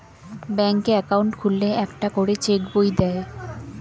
ব্যাঙ্কে অ্যাকাউন্ট খুললে একটা করে চেক বই দেয়